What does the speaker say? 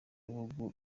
gihugu